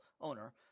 owner